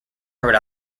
rhode